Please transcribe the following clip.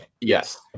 Yes